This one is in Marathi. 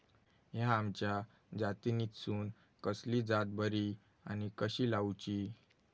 हया आम्याच्या जातीनिसून कसली जात बरी आनी कशी लाऊची?